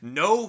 no